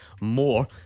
more